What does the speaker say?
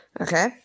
okay